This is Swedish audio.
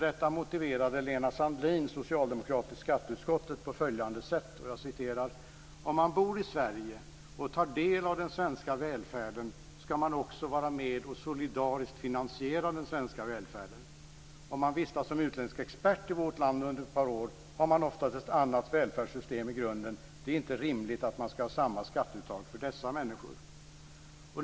Detta motiverade Lena Sandlin-Hedman, socialdemokrat i skatteutskottet, på följande sätt: "Om man bor i Sverige och tar del av den svenska välfärden, ska man också vara med och solidariskt finansiera den svenska välfärden. Om man vistas som utländsk expert i vårt land under ett par år, har man oftast ett annat välfärdssystem i grunden ... Det är inte rimligt att man ska ha samma skatteuttag för dessa människor".